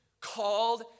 called